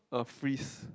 a freeze